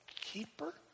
keeper